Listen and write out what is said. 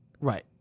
Right